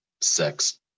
sex